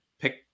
pick